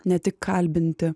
ne tik kalbinti